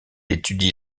étudie